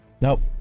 Nope